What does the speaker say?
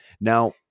Now